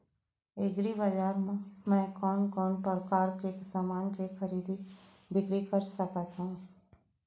एग्रीबजार मा मैं कोन कोन परकार के समान के खरीदी बिक्री कर सकत हव?